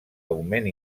augment